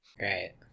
Right